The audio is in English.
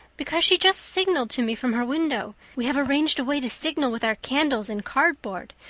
because she just signaled to me from her window. we have arranged a way to signal with our candles and cardboard.